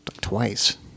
twice